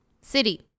City